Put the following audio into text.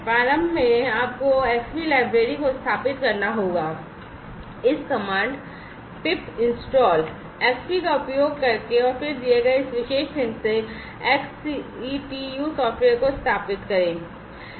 प्रारंभ में आपको Xbee लाइब्रेरी को स्थापित करना होगा इस कमांड pip install Xbee का उपयोग करके और फिर दिए गए इस विशेष लिंक से XCTU सॉफ़्टवेयर को स्थापित करें